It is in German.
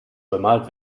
bemalt